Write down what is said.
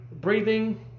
breathing